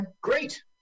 Great